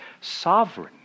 sovereign